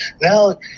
now